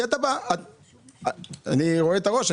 אני רואה את הראש.